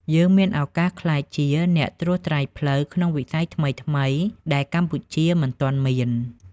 យើងមានឱកាសក្លាយជា "អ្នកត្រួសត្រាយផ្លូវ" ក្នុងវិស័យថ្មីៗដែលកម្ពុជាមិនទាន់មាន។